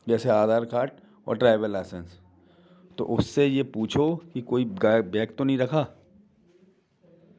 जैसे आधार कार्ड और driving licence तो उससे ये पूछो कोई बैग तो नहीं रखा